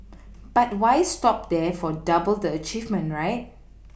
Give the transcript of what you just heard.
but why stop there for double the achievement right